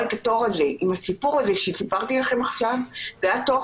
את התור שסיפרתי לכם עליו זה היה תור